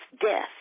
death